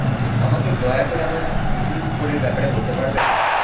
আমাকে দয়া করে আমার সিবিল স্কোরের ব্যাপারে বলতে পারবেন?